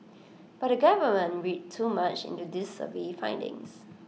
but the government read too much into these survey findings